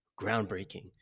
groundbreaking